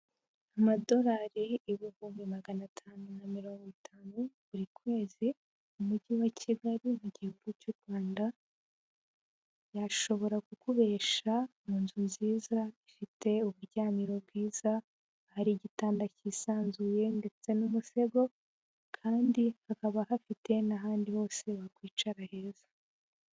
Amadolari ibihumbi magana atanu na mirongo itanu buri kwezi, umujyi wa Kigali mu gihugu cy'u Rwanda, yashobora kuguhesha inzu nziza ifite uburyamiro bwiza, hari igitanda cyisanzuye ndetse n'umusego kandi hakaba ahafite n'ahandi hose bakwicara heza.